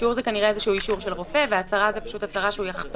האישור הוא אישור של רופא וההצהרה זו הצהרה שהוא יחתום,